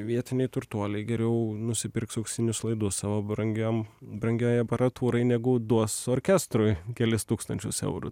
vietiniai turtuoliai geriau nusipirks auksinius laidus savo brangiam brangiai aparatūrai negu duos orkestrui kelis tūkstančius eurų